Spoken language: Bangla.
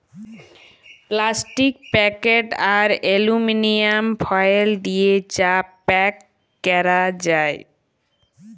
প্লাস্টিক প্যাকেট আর এলুমিলিয়াম ফয়েল দিয়ে চা প্যাক ক্যরা যায়